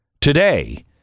today